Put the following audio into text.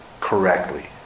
correctly